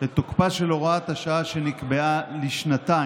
את תוקפה של הוראת השעה שנקבעה לשנתיים